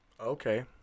Okay